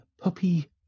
puppy